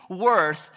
worth